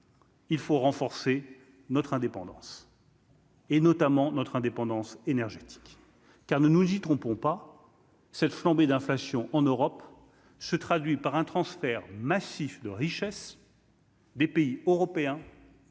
il faut renforcer notre indépendance. Et notamment notre indépendance énergétique car ne nous y trompons pas, cette flambée d'inflation en Europe se traduit par un transfert massif de richesses. Des pays européens